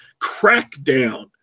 Crackdown